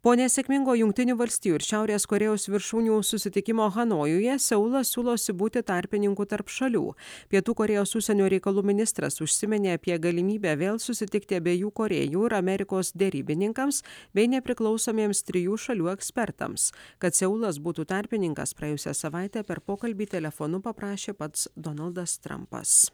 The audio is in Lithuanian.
po nesėkmingo jungtinių valstijų ir šiaurės korėjos viršūnių susitikimo hanojuje seulas siūlosi būti tarpininku tarp šalių pietų korėjos užsienio reikalų ministras užsiminė apie galimybę vėl susitikti abiejų korėjų ir amerikos derybininkams bei nepriklausomiems trijų šalių ekspertams kad seulas būtų tarpininkas praėjusią savaitę per pokalbį telefonu paprašė pats donaldas trampas